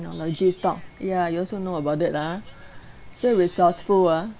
stock ya you also know about it ah so resourceful ah